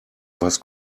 was